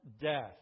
death